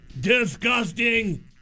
Disgusting